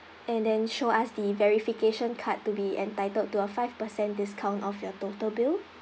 and then show us the verification card to be entitled to a five percent discount off your total bill